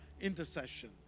intercession